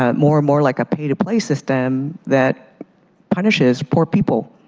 ah more and more like a pay to play system that punishes poor people.